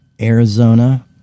Arizona